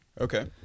Okay